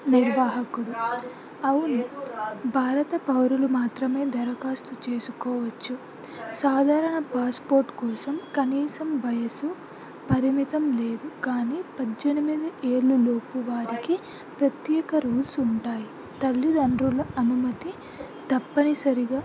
నిర్వాహకుడు అవి భారత పౌరులు మాత్రమే దరఖాస్తు చేసుకోవచ్చు సాధారణ పాస్పోర్ట్ కోసం కనీసం వయసు పరిమితం లేదు కానీ పద్దెనిమిది ఏళ్ళలోపు వారికి ప్రత్యేక రూల్స్ ఉంటాయి తల్లిదండ్రుల అనుమతి తప్పనిసరిగా